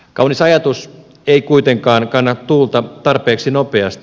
kaunis ajatus ei kuitenkaan kanna tuulta tarpeeksi nopeasti